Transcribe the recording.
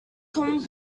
common